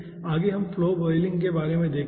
आगे हम flow boiling के बारे में देखते हैं